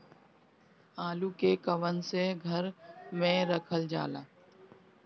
आलू के कवन से घर मे रखल जाला?